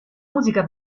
musica